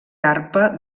arpa